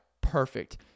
perfect